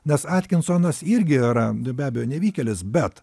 nes atkinsonas irgi yra be abejo nevykėlis bet